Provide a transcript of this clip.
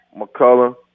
McCullough